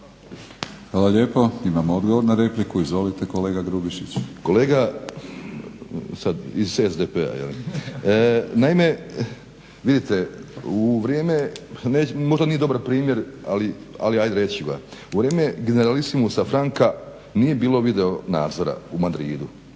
Hvala lijepo. Imamo odgovor na repliku, izvolite kolega Grubišić. **Grubišić, Boro (HDSSB)** Kolega iz SDP-a, naime vidite u vrijeme, možda nije dobar primjer ali ajde reći ću ga, u vrijeme generalisimusa Franka nije bilo videonadzora u Madridu,